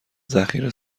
ذخیره